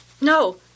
No